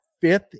fifth